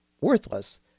worthless